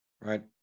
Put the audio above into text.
Right